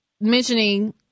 mentioning